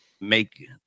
make